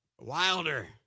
Wilder